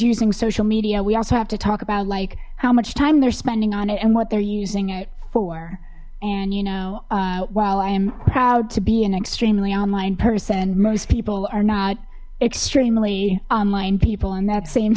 using social media we also have to talk about like how much time they're spending on it and what they're using it for and you know while i am proud to be an extremely online person most people are not extremely online people in that same